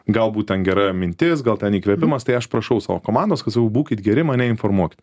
galbūt ten gera mintis gal ten įkvėpimas tai aš prašau savo komandos kad sakau būkit geri mane informuokit